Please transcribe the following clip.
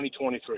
2023